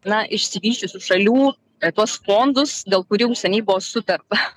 na išsivysčiusių šalių tuos fondus dėl kurių jau seniai buvo sutarta